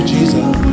Jesus